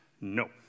no